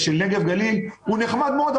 בנגב ובגליל הוא נחמד מאוד,